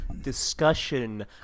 discussion